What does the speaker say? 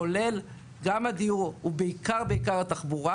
כולל הדיור, ובעיקר התחבורה